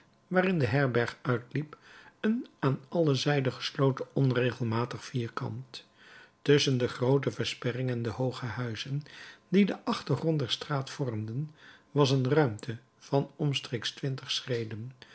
waarin de herberg uitliep een aan alle zijden gesloten onregelmatig vierkant tusschen de groote versperring en de hooge huizen die den achtergrond der straat vormden was een ruimte van omstreeks twintig schreden